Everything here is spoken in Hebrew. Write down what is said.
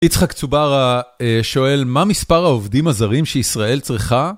יצחק צוברה שואל, מה מספר העובדים הזרים שישראל צריכה?